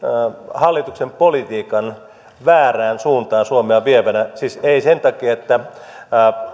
hallituksen politiikan suomea väärään suuntaan vievänä siis ei sen takia että